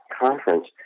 conference